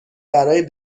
برای